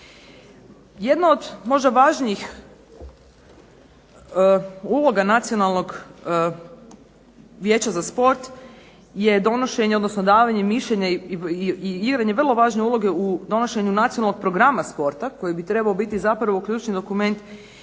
Jedno od možda važnijih uloga Nacionalnog vijeća za sport je donošenje, odnosno davanje mišljenja, igranje vrlo važne uloge u donošenju programa sporta koji bi trebao biti zapravo ključni dokument